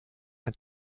ein